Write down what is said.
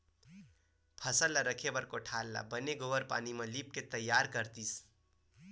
फसल ल राखे बर कोठार ल बने गोबार पानी म लिपके तइयार करतिस